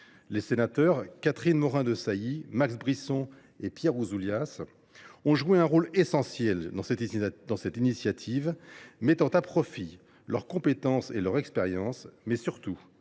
Les sénateurs Catherine Morin Desailly, Max Brisson et Pierre Ouzoulias ont joué un rôle essentiel dans cette initiative, mettant à profit leurs compétences et leur expérience et, surtout,